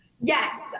Yes